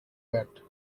bad